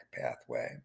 pathway